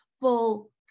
full